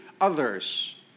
others